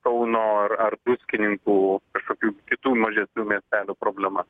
kauno ar ar druskininkų kažkokių kitų mažesnių miestelių problema